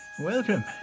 Welcome